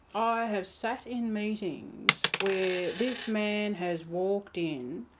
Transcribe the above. i have sat in meetings where this man has walked in,